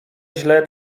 źle